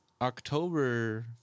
October